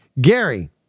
Gary